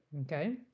Okay